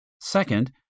Second